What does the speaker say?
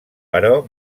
però